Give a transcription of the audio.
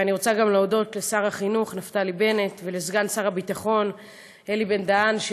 אני רוצה להודות גם לשר החינוך נפתלי בנט ולסגן שר הביטחון אלי בן-דהן,